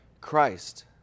Christ